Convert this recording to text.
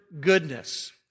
goodness